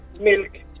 Milk